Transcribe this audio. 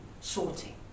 sorting